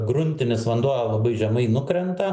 gruntinis vanduo labai žemai nukrenta